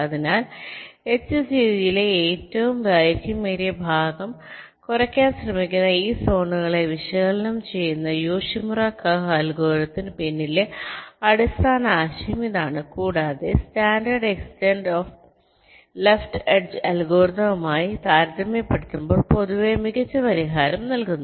അതിനാൽ എച്ച്സിജിയിലെ ഏറ്റവും ദൈർഘ്യമേറിയ ഭാഗം കുറയ്ക്കാൻ ശ്രമിക്കുന്ന ഈ സോണുകളെ വിശകലനം ചെയ്യുന്ന യോഷിമുറ കുഹ് അൽഗോരിതത്തിന് പിന്നിലെ അടിസ്ഥാന ആശയം ഇതാണ് കൂടാതെ സ്റ്റാൻഡേർഡ് എക്സ്റ്റൻഡഡ് ലെഫ്റ്റ് എഡ്ജ് അൽഗോരിതവുമായി താരതമ്യപ്പെടുത്തുമ്പോൾ പൊതുവെ മികച്ച പരിഹാരം നൽകുന്നു